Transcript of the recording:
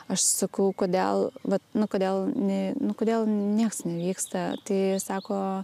aš sakau kodėl vat nu kodėl ne nu kodėl nieks nevyksta tai sako